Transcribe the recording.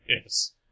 Yes